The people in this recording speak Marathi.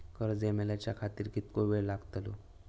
कर्ज मेलाच्या खातिर कीतको वेळ लागतलो?